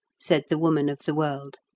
said the woman of the world.